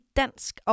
dansk